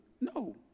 no